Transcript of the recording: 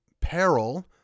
peril